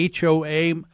HOA